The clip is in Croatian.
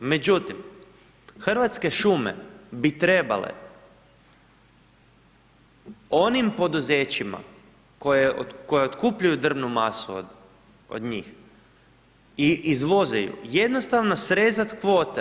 Međutim, Hrvatske šume bi trebale onim poduzećima koja otkupljuju drvnu masu od njih i izvoze ju jednostavno srezati kvote.